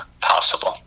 possible